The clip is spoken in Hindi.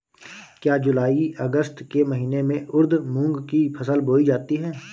क्या जूलाई अगस्त के महीने में उर्द मूंग की फसल बोई जाती है?